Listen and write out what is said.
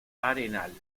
arenal